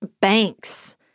banks